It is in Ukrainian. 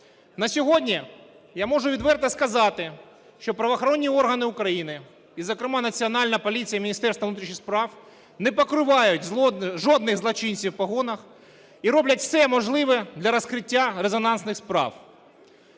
На сьогодні я можу відверто сказати, що правоохоронні органи України, і зокрема Національна поліція і Міністерство внутрішніх справ, не покривають жодних злочинців в погонах і роблять все можливе для розкриття резонансних справ.